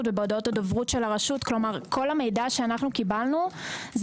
ובהודעות הדוברות של הרשות כלומר כל המידע שאנחנו קיבלנו זה